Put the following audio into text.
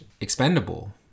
expendable